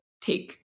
take